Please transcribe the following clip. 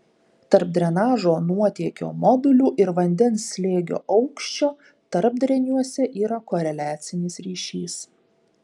tarp drenažo nuotėkio modulių ir vandens slėgio aukščio tarpdreniuose yra koreliacinis ryšys